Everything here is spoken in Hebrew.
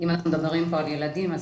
אם אנחנו מדברים על ילדים,